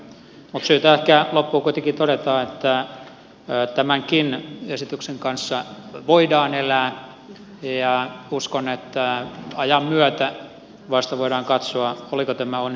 on syytä ehkä loppuun kuitenkin todeta että tämänkin esityksen kanssa voidaan elää ja uskon että ajan myötä vasta voidaan katsoa oliko tämä onnistunut ratkaisu vai ei